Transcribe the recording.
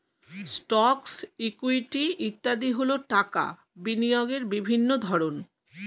stocks, equity ইত্যাদি হল টাকা বিনিয়োগের বিভিন্ন ধরন